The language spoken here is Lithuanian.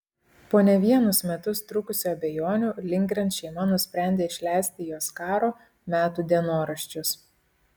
po ne vienus metus trukusių abejonių lindgren šeima nusprendė išleisti jos karo metų dienoraščius